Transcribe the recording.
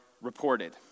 reported